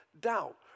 doubt